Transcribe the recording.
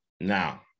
Now